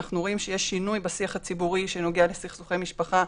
ואנחנו רואים שיש שינוי בשיח הציבורי שנוגע לסכסוכי משפחה.